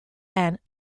and